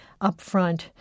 upfront